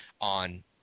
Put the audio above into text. on